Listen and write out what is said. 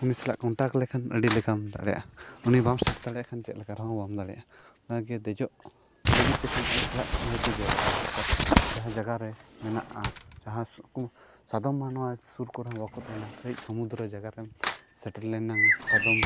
ᱩᱱᱤ ᱥᱟᱞᱟᱜ ᱠᱚᱱᱴᱟᱠᱴ ᱞᱮᱠᱷᱟᱱ ᱟᱹᱰᱤ ᱞᱮᱠᱟᱢ ᱫᱟᱲᱮᱭᱟᱜᱼᱟ ᱩᱱᱤ ᱵᱟᱢ ᱥᱮᱴᱮᱨ ᱫᱟᱲᱮᱭᱟᱜ ᱠᱷᱟᱱ ᱪᱮᱫ ᱞᱮᱠᱟ ᱨᱮᱦᱚᱸ ᱵᱟᱢ ᱫᱟᱲᱮᱜᱼᱟ ᱚᱱᱟᱜᱮ ᱫᱮᱡᱚᱜ ᱞᱟᱹᱜᱤᱫ ᱛᱮᱠᱷᱟᱱ ᱟᱡ ᱥᱟᱞᱟᱜ ᱱᱤᱦᱟᱛᱤ ᱡᱚᱲᱟᱣ ᱫᱚ ᱫᱚᱨᱠᱟᱨ ᱡᱟᱦᱟᱸ ᱡᱟᱭᱜᱟᱨᱮ ᱢᱮᱱᱟᱜᱼᱟ ᱡᱟᱦᱟᱸ ᱥᱟᱫᱚᱢᱼᱢᱟ ᱱᱚᱣᱟ ᱥᱩᱨ ᱠᱚᱨᱮᱦᱚᱸ ᱵᱟᱠᱚ ᱛᱟᱦᱮᱱᱟ ᱠᱟᱹᱡ ᱥᱩᱢᱩᱫᱨᱚ ᱡᱟᱭᱜᱟ ᱨᱮᱢ ᱥᱮᱴᱮᱨᱞᱮᱱᱼᱱᱟ ᱥᱟᱫᱚᱢ